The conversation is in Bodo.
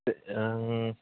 ओं